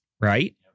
Right